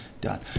done